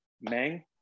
Meng